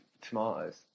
tomatoes